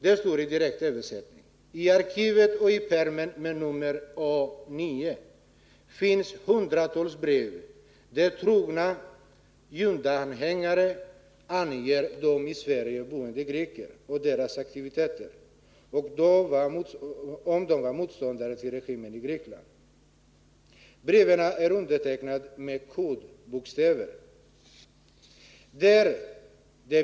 Där står, i översättning, ungefär följande: I arkivet, pärm A 9, finns hundratals brev där trogna juntaanhängare anger i Sverige boende greker, som var motståndare till regimen i Grekland, och deras aktiviteter. Breven är undertecknade med kodbokstäver.